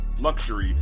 luxury